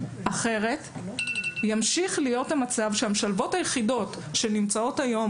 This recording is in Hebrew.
אחרת ימשיך להיות המצב שהמשלבות היחידות שנמצאות היום